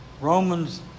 Romans